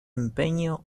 empeño